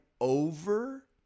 over